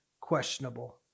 questionable